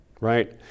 Right